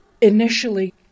Initially